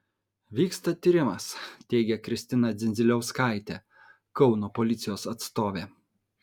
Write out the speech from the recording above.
vyksta tyrimas teigė kristina dzindziliauskaitė kauno policijos atstovė